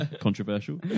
controversial